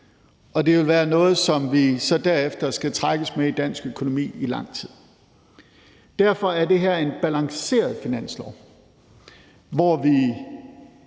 og det ville være noget, som vi så derefter skulle trækkes med i dansk økonomi i lang tid. Derfor er det her en balanceret finanslov, hvor vi